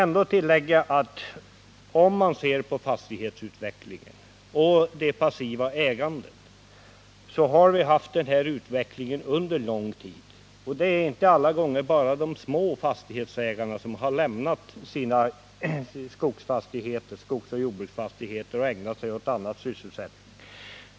När det gäller fastighetsutvecklingen och det passiva ägandet kan man konstatera att vi haft den utvecklingen under lång tid. Det är inte alla gånger de små fastighetsägarna som har lämnat sin skogsoch jordbruksfastighet och ägnat sig åt annan sysselsättning.